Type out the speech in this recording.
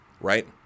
right